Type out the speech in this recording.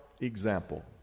example